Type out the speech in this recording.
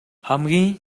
хамгийн